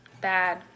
bad